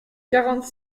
quarante